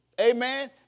Amen